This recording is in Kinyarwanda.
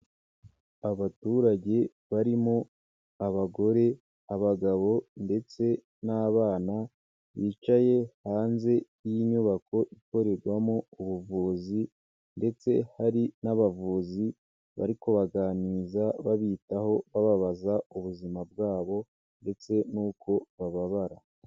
Abaturage barimo abagore, abagabo ndetse n'abana bicaye hanze y'inyubako ikorerwamo ubuvuzi ndetse hari n'abavuzi bari kubaganiriza babitaho bababaza ubuzima bwabo ndetse n'uko bababara.